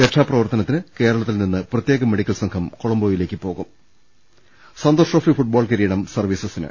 രക്ഷാപ്രവർത്തന ത്തിന് കേരളത്തിൽനിന്ന് പ്രത്യേക മെഡിക്കൽ സംഘം കൊളംബോ യിലേക്ക് പോകും സന്തോഷ് ട്രോഫി ഫുട്ബോൾ കിരീടം സർവീസസിന്